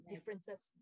Differences